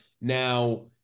Now